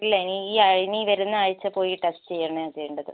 ഇല്ല ഇനി ഈ ആഴ് ഇനി ഈ വരുന്ന ആഴ്ച പോയി ടെസ്റ്റ് ചെയ്യുകയാണ് ചെയ്യേണ്ടത്